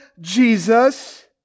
Jesus